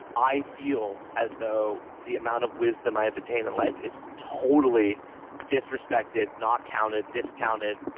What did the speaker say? i feel as though the amount of wisdom i have attained in life is totally disrespected, not counted, discounted,